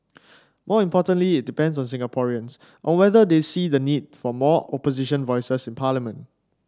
more importantly it depends on Singaporeans on whether they see the need for more Opposition voices in parliament